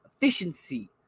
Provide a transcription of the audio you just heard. efficiency